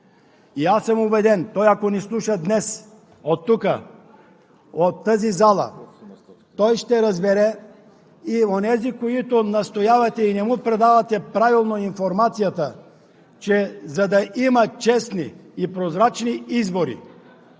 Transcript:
Аз съм убеден, че ако той ни слуша днес от тук, от тази зала, той ще разбере, и онези, които настоявате и не му предавате правилно информация, че за да има честни и прозрачни избори,